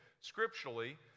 scripturally